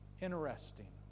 Interesting